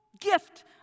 gift